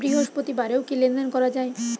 বৃহস্পতিবারেও কি লেনদেন করা যায়?